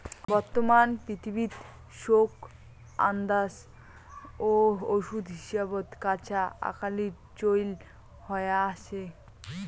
বর্তমান পৃথিবীত সৌগ আন্দাত ও ওষুধ হিসাবত কাঁচা আকালির চইল হয়া আছে